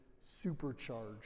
supercharged